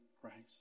Christ